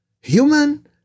Human